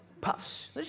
Puffs